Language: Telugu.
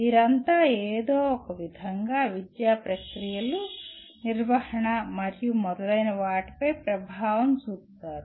వీరంతా ఏదో ఒకవిధంగా విద్యా ప్రక్రియలు నిర్వహణ మరియు మొదలైన వాటిపై ప్రభావం చూపుతారు